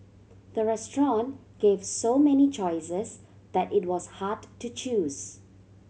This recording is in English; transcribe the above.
the restaurant gave so many choices that it was hard to choose